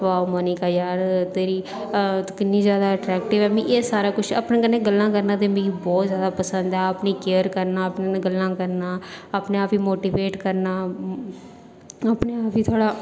बाह् मोनिका यार तेरी किन्नी ज्यादा अटरेक्टिव मीं एह् सारा कुछ में अपने कन्नै गल्लां करना ते मिगी बहुत ज्यादा पसंद ऐ अपनी केयर करना अपने कन्नै गल्लां करना अपने आप गी मोटीवेट करना अपने आप गी थोह्ड़ा